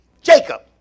Jacob